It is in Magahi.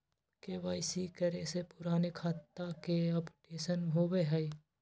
के.वाई.सी करें से पुराने खाता के अपडेशन होवेई?